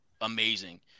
amazing